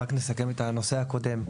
רק נסכם את הנושא הקודם.